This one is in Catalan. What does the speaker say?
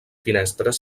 finestres